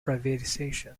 privatization